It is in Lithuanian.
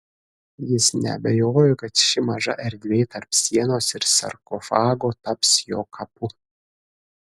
jis neabejojo kad ši maža erdvė tarp sienos ir sarkofago taps jo kapu